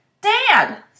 Dad